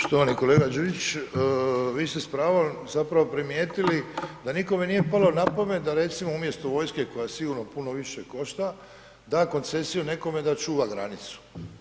Štovani kolega Đujić, vi ste s pravom zapravo primijetili da nikome nije palo na pamet da recimo umjesto vojske koja sigurno puno više košta, da koncesiju nekome da čuva granicu.